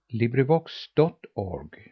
LibriVox.org